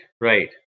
Right